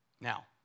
Now